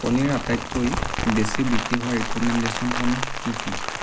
কণীৰ আটাইতকৈ বেছি বিক্ৰী হোৱা ৰিক'মেণ্ডেশ্যনসমূহ কি কি